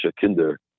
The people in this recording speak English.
kinder